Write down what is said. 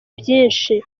byinshi